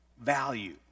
value